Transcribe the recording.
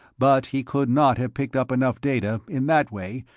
but he could not have picked up enough data, in that way,